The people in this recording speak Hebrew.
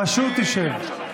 פשוט תשב.